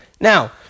Now